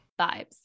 Vibes